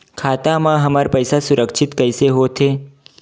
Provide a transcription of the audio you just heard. खाता मा हमर पईसा सुरक्षित कइसे हो थे?